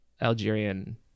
Algerian